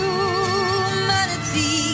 Humanity